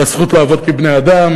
על הזכות לעבוד כבני-אדם,